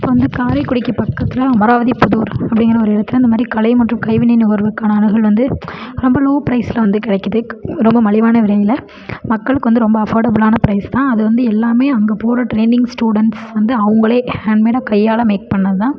இப்போ வந்து காரைக்குடிக்கு பக்கத்தில் அமராவதி புதூர் அப்படிங்கிற ஒரு இடத்துல இந்த மாதிரி கலை மற்றும் கைவினை நுகர்வோருக்கான அணுகல் வந்து ரொம்ப லோ பிரைஸில் வந்து கிடைக்கிது ரொம்ப மலிவான விலையில் மக்களுக்கு வந்து ரொம்ப அஃபோர்டபுளான பிரைஸ் தான் அது வந்து எல்லாம் அங்கே போகிற ட்ரெயினிங் ஸ்டூடண்ட்ஸ் வந்து அவங்களே ஹேண்ட் மேடாக கையால் மேக் பண்ணது தான்